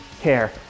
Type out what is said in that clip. care